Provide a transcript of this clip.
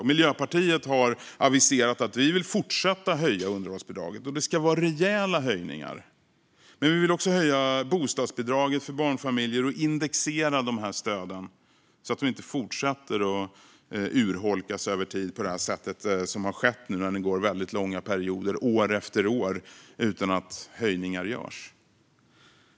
Vi i Miljöpartiet har aviserat att vi vill fortsätta att höja underhållsbidraget och att det ska vara rejäla höjningar. Vi vill också höja bostadsbidraget för barnfamiljer. Dessutom vill vi indexera de här stöden, så att de inte fortsätter att urholkas över tid på det sätt som har skett när det gått väldigt långa perioder, år efter år, utan att höjningar gjorts.